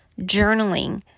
journaling